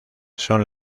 son